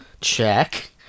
Check